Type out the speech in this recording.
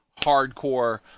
hardcore